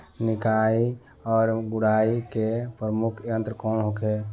निकाई और गुड़ाई के प्रमुख यंत्र कौन होखे?